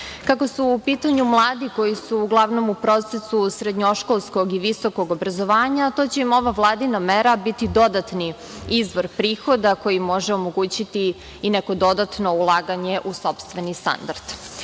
su u pitanju mladi koji su uglavnom u procesu srednjoškolskog i visokog obrazovanja, zato će im ova vladina mera biti dodatni izvor prihoda koji može omogućiti i neko dodatno ulaganje u sopstveni standard. Ono